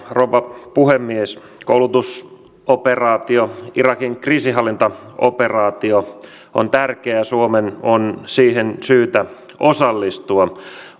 rouva puhemies koulutusoperaatio irakin kriisinhallintaoperaatio on tärkeä ja suomen on siihen syytä osallistua